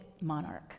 monarch